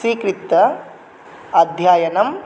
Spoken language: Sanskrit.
स्वीकृत्य अध्ययनं